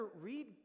read